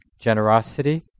generosity